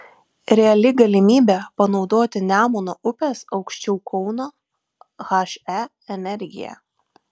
reali galimybė panaudoti nemuno upės aukščiau kauno he energiją